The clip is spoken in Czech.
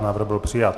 Návrh byl přijat.